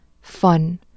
fun